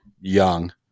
young